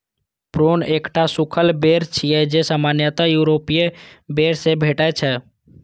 prune एकटा सूखल बेर छियै, जे सामान्यतः यूरोपीय बेर सं भेटै छै